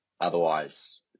otherwise